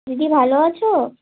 দিদি ভালো আছো